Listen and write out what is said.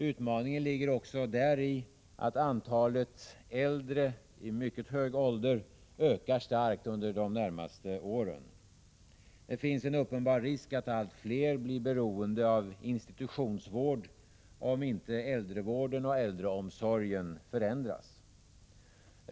Utmaningen ligger också däri att antalet äldre i mycket hög ålder ökar starkt under de närmaste åren. Det finns en uppenbar risk att allt fler blir beroende av institutionsvård, om inte äldrevården och äldreomsorgen förändras.